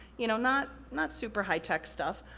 you know not not super high tech stuff.